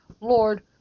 Lord